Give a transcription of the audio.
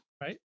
Right